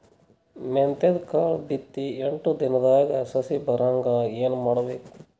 ಮೆಂತ್ಯದ ಕಾಳು ಬಿತ್ತಿ ಎಂಟು ದಿನದಾಗ ಸಸಿ ಬರಹಂಗ ಏನ ಮಾಡಬೇಕು?